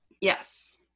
Yes